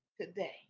Today